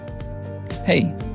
Hey